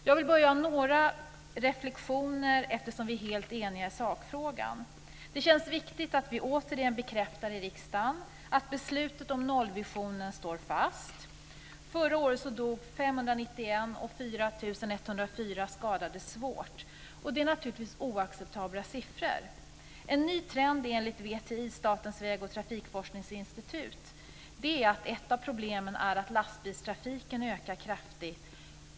Jag vill bara göra några reflexioner, eftersom vi är helt eniga i sakfrågan. Det känns viktigt att vi återigen bekräftar i riksdagen att beslutet om nollvisionen står fast. Förra året dog 591, och 4 104 skadades svårt. Det är naturligtvis oacceptabla siffror. En ny trend är enligt VTI, Statens väg och transportforskningsinstitut, att lastbilstrafiken ökar kraftigt.